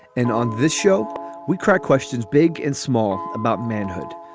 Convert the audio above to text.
and on this show we crack questions big and small about manhood.